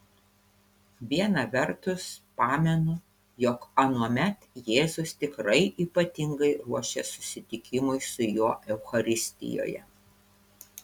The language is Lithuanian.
viena vertus pamenu jog anuomet jėzus tikrai ypatingai ruošė susitikimui su juo eucharistijoje